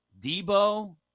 Debo